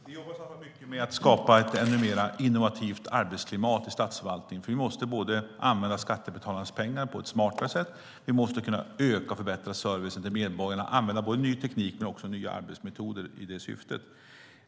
Herr talman! Vi jobbar mycket med att skapa ett ännu mer innovativt arbetsklimat i statsförvaltningen. Vi måste både använda skattebetalarnas pengar på ett smartare sätt och öka och förbättra servicen till medborgarna. Både ny teknik och nya arbetsmetoder ska användas i det syftet.